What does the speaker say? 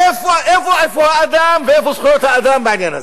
איפה האדם ואיפה זכויות האדם בעניין הזה?